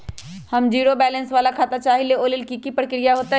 हम zero balance वाला खाता चाहइले वो लेल की की प्रक्रिया होतई?